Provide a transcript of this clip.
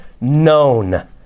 known